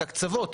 הקצוות.